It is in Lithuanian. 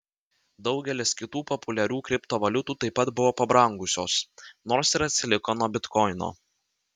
daugelis kitų populiarių kriptovaliutų taip pat buvo pabrangusios nors ir atsiliko nuo bitkoino